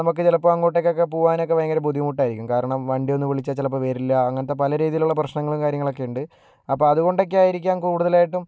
നമുക്ക് ചിലപ്പോൾ അങ്ങോട്ടേക്കൊക്കെ പോകാൻ ഒക്കെ ഭയങ്കര ബുദ്ധിമുട്ടായിരിക്കും കാരണം വണ്ടി ഒന്നു വിളിച്ചാൽ ചിലപ്പോൾ വരില്ല അങ്ങനത്തെ പല രീതിയിലുള്ള പ്രശ്നങ്ങളും കാര്യങ്ങളൊക്കെ ഉണ്ട് അപ്പോൾ അതുകൊണ്ടൊക്കെ ആയിരിക്കാം കൂടുതലായിട്ടും